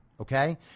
Okay